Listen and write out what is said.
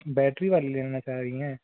battery वाली लेना चाह रही हैं